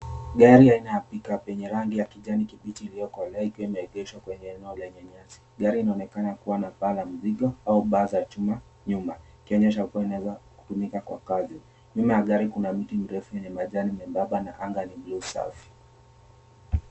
Gari ya aina ya pickup yenye rangi ya kijani kibichi iliyokolea ikiwa imeegeshwa kwenye eneo lenye nyasi. Gari inaonekana kuwa na paa la mizigo au bar za chuma nyuma. Ikionyesha kuwa inaweza kutumika kwa kazi. Nyuma ya gari kuna mti mrefu wenye majani membamba na anga ni buluu safi.